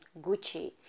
Gucci